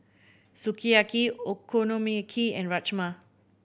Sukiyaki Okonomiyaki and Rajma